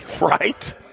Right